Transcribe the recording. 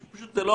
פשוט זה לא